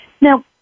Now